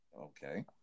Okay